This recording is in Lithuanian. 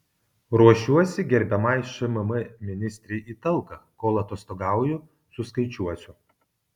ruošiuosi gerbiamai šmm ministrei į talką kol atostogauju suskaičiuosiu